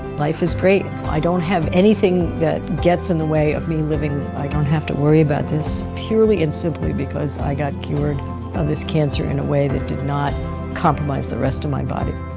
life is great. i don't have anything that gets in the way of me living. i don't have to worry about this purely and simply because i got cured of this cancer in a way that did not compromise the rest of my body.